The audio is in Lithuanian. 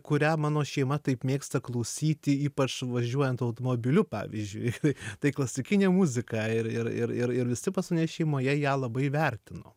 kurią mano šeima taip mėgsta klausyti ypač važiuojant automobiliu pavyzdžiui tai klasikinė muzika ir ir ir ir visi pas mane šeimoje ją labai vertino